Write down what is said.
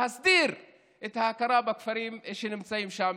להסדיר את ההכרה בכפרים שנמצאים שם,